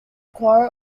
quarrel